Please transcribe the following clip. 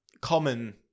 common